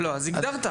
לא, אז הגדרת.